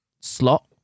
slot